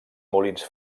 molins